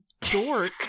dork